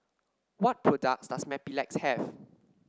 what products does Mepilex have